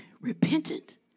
repentant